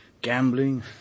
gambling